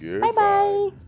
Bye-bye